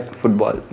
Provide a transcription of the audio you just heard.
football